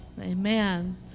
amen